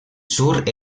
sur